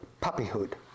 puppyhood